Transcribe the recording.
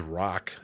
rock